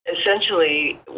essentially